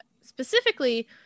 specifically